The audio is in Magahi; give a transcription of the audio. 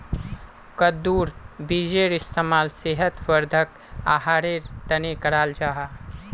कद्दुर बीजेर इस्तेमाल सेहत वर्धक आहारेर तने कराल जाहा